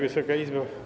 Wysoka Izbo!